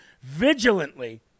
vigilantly